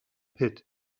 pit